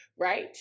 right